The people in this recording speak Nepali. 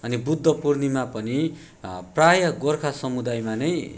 अनि बुद्ध पूर्णिमा पनि प्रायः गोर्खा समुदायमा नै